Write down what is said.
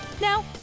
Now